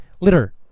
litter